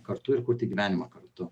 kartu ir kurti gyvenimą kartu